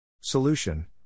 Solution